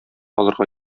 алырга